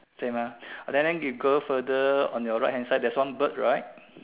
same ah okay then you go further on your right hand side there is one bird right